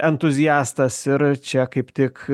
entuziastas ir čia kaip tik